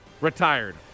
retired